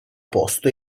posto